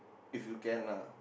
if you can lah